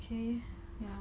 okay ya